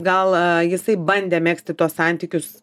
gal jisai bandė megzti tuos santykius